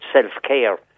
self-care